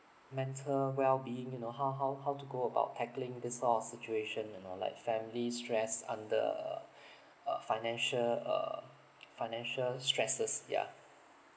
mental well being you know how how how to go about tackling this sort of situation and all like family stress under uh err financial err financial stresses yeah